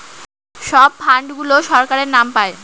সব ফান্ড গুলো সরকারের নাম পাই